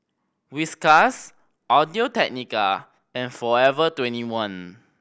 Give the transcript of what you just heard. Whiskas Audio Technica and Forever Twenty one